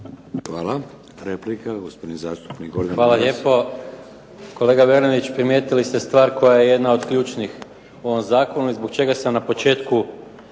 Maras. **Maras, Gordan (SDP)** Hvala lijepo. Kolega Bernardić primijetili ste stvar koja je jedna od ključnih u ovom zakonu, zbog čega sam na početku